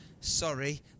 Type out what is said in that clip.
sorry